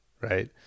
Right